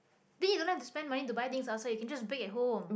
then you don't have to spend money to buy things outside you can just bake at home